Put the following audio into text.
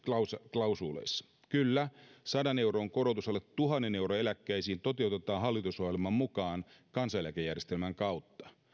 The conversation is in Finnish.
klausuuleissa kyllä sadan euron korotus alle tuhannen euron eläkkeisiin toteutetaan hallitusohjelman mukaan kansaneläkejärjestelmän kautta